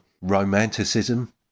romanticism